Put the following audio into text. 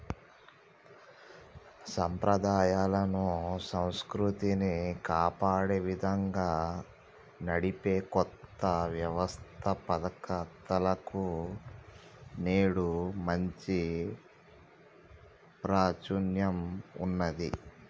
సంప్రదాయాలను, సంస్కృతిని కాపాడే విధంగా నడిపే కొత్త వ్యవస్తాపకతలకు నేడు మంచి ప్రాచుర్యం ఉన్నది